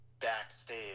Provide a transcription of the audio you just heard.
backstage